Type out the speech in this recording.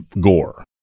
gore